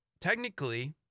technically